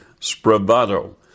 Spravato